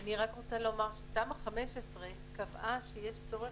אני רוצה לומר שתמ"א 15 קבעה שיש צורך